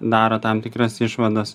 daro tam tikras išvadas